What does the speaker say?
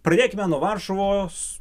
pradėkime nuo varšuvos